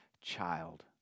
child